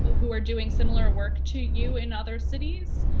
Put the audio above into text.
who are doing similar work to you in other cities?